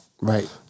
Right